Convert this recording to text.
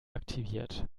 aktiviert